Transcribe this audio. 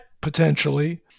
potentially